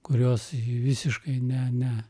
kurios visiškai ne ne